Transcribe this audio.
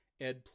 Ed